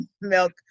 milk